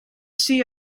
see